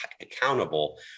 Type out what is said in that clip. accountable